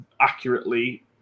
accurately